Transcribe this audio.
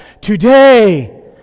Today